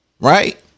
right